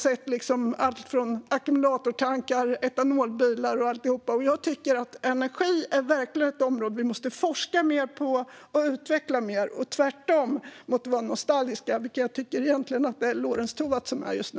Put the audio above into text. Jag har sett allt från ackumulatortankar till etanolbilar och alltihop, och jag tycker att energi verkligen är ett område vi måste forska mer på och utveckla mer. Det är tvärtom mot att vara nostalgisk, vilket jag egentligen tycker att det är Lorentz Tovatt som är just nu.